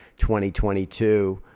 2022